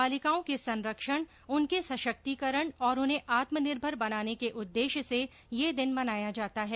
बालिकाओं के संरक्षण उनके सशक्तिकरण और उन्हें आत्मनिर्भर बनाने के उद्देश्य से यह दिन मनाया जाता है